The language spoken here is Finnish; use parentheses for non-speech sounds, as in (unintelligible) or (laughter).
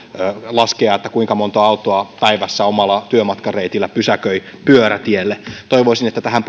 laskea kuinka monta autoa päivässä omalla työmatkareitillä pysäköi pyörätielle toivoisin että tähän (unintelligible)